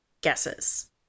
guesses